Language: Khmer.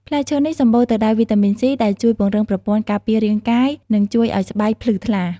ផ្លែឈើនេះសំបូរទៅដោយវីតាមីន C ដែលជួយពង្រឹងប្រព័ន្ធការពាររាងកាយ និងជួយឱ្យស្បែកភ្លឺថ្លា។